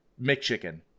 McChicken